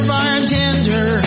Bartender